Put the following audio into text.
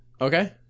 Okay